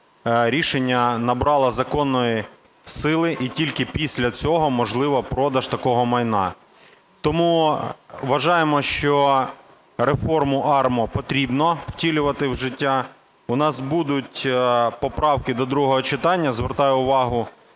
рішення набрало законної сили. І тільки після цього можливий продаж такого майна. Тому вважаємо, що реформу АРМА потрібно втілювати в життя. У нас будуть поправки до другого читання. Звертаю увагу